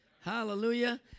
Hallelujah